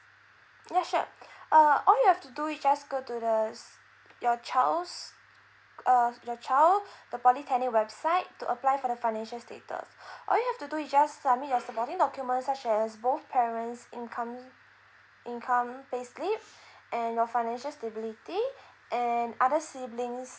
ya sure uh all you have to do is just go to the your child's uh your child the polytechnic website to apply for the financial status all you have to do is just submit your supporting documents such as both parents' income income payslip and your financial stability and other sibling's